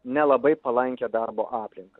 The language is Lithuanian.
nelabai palankią darbo aplinką